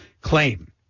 claim